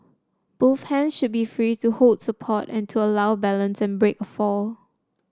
both hands should be free to hold support and to allow balance and break a fall